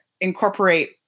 incorporate